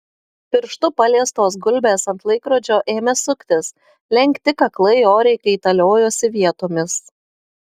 pirštu paliestos gulbės ant laikrodžio ėmė suktis lenkti kaklai oriai kaitaliojosi vietomis